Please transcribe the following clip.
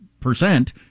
percent